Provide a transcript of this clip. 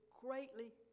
greatly